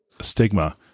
stigma